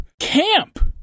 camp